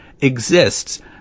exists